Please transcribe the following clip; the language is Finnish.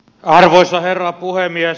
arvoisa herra puhemies